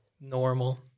normal